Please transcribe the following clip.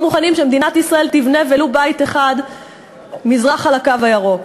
לא מוכנים שמדינת ישראל תבנה ולו בית אחד מזרחה לקו הירוק.